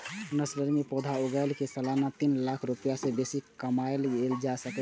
nursery मे पौधा उगाय कें सालाना तीन लाख रुपैया सं बेसी कमाएल जा सकै छै